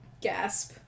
Gasp